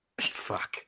fuck